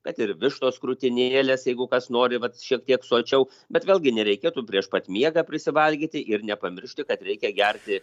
kad ir vištos krūtinėlės jeigu kas nori vat šiek tiek sočiau bet vėlgi nereikėtų prieš pat miegą prisivalgyti ir nepamiršti kad reikia gerti